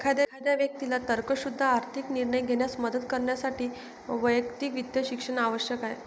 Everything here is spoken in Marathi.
एखाद्या व्यक्तीला तर्कशुद्ध आर्थिक निर्णय घेण्यास मदत करण्यासाठी वैयक्तिक वित्त शिक्षण आवश्यक आहे